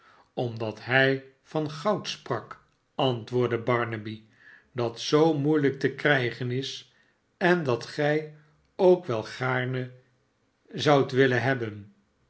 omdat hij van goud sprak antwoordde barnaby dat zoo moeielijk te krijgen is en dat gij ook wel gaarne zoudt willen hebben